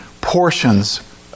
portions